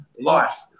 life